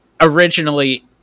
originally